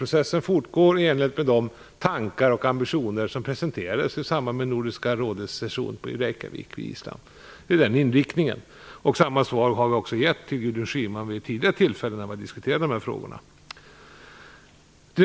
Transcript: Processen fortgår i enlighet med de tankar och ambitioner som presenterades i samband med Nordiska rådets session i Reykjavik på Island. Samma svar har vi också gett till Gudrun Schyman vid ett tidigare tillfälle när vi diskuterat de här frågorna.